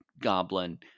goblin